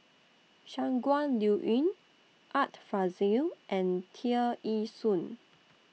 Shangguan Liuyun Art Fazil and Tear Ee Soon